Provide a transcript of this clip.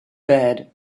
bad